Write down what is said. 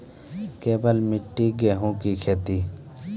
केवल मिट्टी गेहूँ की खेती?